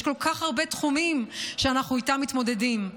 יש כל כך הרבה תחומים שאנחנו מתמודדים איתם.